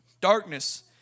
Darkness